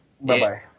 Bye-bye